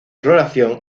floración